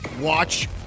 watch